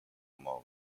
mode